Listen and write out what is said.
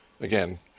again